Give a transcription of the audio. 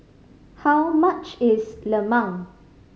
how much is lemang